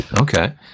Okay